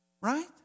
Right